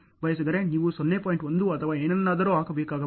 1 ಅಥವಾ ಏನನ್ನಾದರೂ ಹಾಕಬೇಕಾಗಬಹುದು